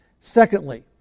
Secondly